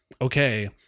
okay